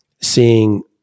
seeing